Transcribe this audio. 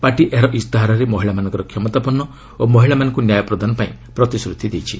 party ଏହାର ଇସ୍ତାହାରରେ ମହିଳାମାନଙ୍କ କ୍ଷମତାପନ୍ନ ଓ ମହିଳାମାନଙ୍କୁ ନ୍ୟାୟ ପ୍ରଦାନ ପାଇଁ ପ୍ରତିଶ୍ରତି ଦେଇଛି